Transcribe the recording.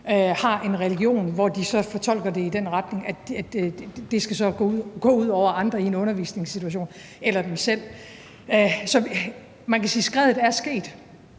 har en religion, hvor de så fortolker det i den retning, og det så skal gå ud over andre i en undervisningssituation eller dem selv. Så man kan sige, at skredet er sket,